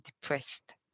depressed